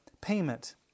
payment